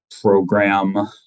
program